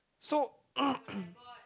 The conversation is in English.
so